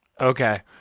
Okay